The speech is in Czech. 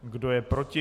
Kdo je proti?